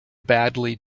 badly